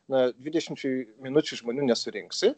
na dvidešimčiai minučių žmonių nesurinksi